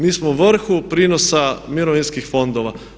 Mi smo u vrhu prinosa mirovinskih fondova.